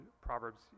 Proverbs